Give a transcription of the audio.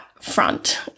front